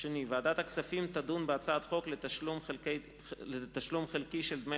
ועדת הכספים תדון בהצעת חוק לתשלום חלקי של דמי